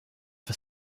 for